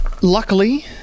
Luckily